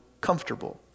comfortable